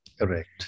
Correct